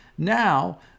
Now